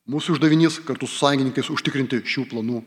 mūsų uždavinys kartu su sąjungininkais užtikrinti šių planų